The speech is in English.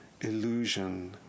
illusion